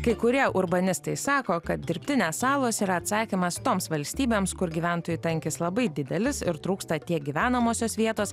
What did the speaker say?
kai kurie urbanistai sako kad dirbtinės salos yra atsakymas toms valstybėms kur gyventojų tankis labai didelis ir trūksta tiek gyvenamosios vietos